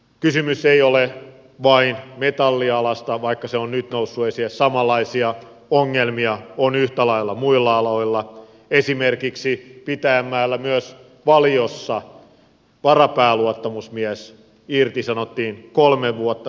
kysymys ei ole vain metallialasta vaikka se on nyt noussut esille samanlaisia ongelmia on yhtä lailla muilla aloilla esimerkiksi pitäjänmäellä myös valiossa varapääluottamusmies irtisanottiin kolme vuotta sitten